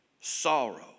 sorrow